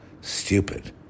stupid